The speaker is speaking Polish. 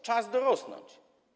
Czas dorosnąć.